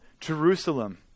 Jerusalem